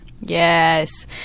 Yes